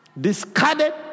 discarded